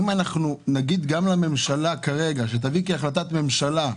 אם נגיד גם לממשלה כרגע שתביא כהחלטת ממשלה,